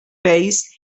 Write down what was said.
based